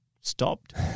stopped